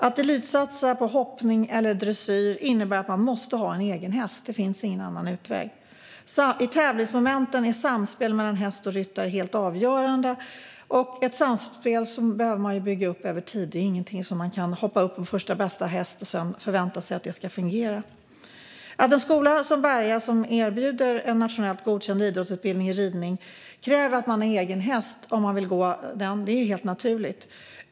Att elitsatsa på hoppning eller dressyr innebär att man måste ha en egen häst - det finns ingen annan utväg. I tävlingsmomenten är samspelet mellan häst och ryttare helt avgörande, och ett samspel behöver man ju bygga upp över tid. Man kan inte bara hoppa upp på första bästa häst och förvänta sig att det ska fungera. Att en skola som Berga, som erbjuder en nationellt godkänd idrottsutbildning i ridning, kräver att man har egen häst är helt naturligt.